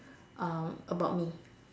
um about me